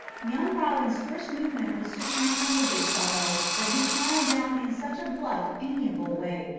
young robin's first movement was to shrink from the big fellow, but he smiled down in such a bluff, amiable way,